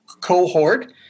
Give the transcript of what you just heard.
cohort